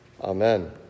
Amen